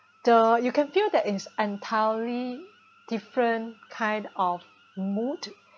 the you can feel that is entirely different kind of mood